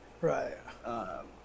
Right